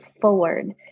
forward